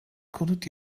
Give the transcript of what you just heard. konut